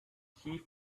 key